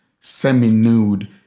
semi-nude